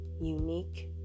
unique